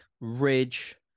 ridge